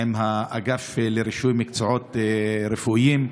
עם האגף לרישוי מקצועות רפואיים,